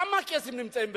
כמה קייסים נמצאים בבית-דין,